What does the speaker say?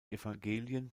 evangelien